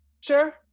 Sure